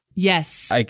Yes